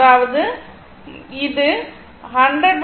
அதாவது இது 10025 4 ஆம்பியர் ஆகும்